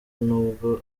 nubwo